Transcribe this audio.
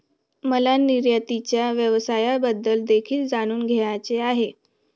मला निर्यातीच्या व्यवसायाबद्दल देखील जाणून घ्यायचे आहे